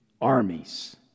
armies